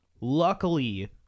luckily